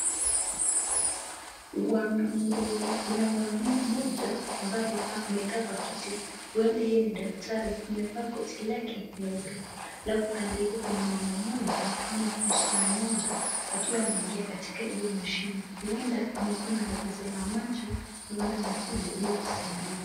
Mwanaume kuna mwanaume mmoja ambaye amekaa kwa kiti. Huenda yeye ni daktari amevaa koti lake nyeupe. Alafu kando yake kuna mama mmoja ama msichana mmoja akiwa ameingia katika hiyo mashine. Huenda amekuwa na tatizo la macho ndio maana amekuja ili kusaidiwa.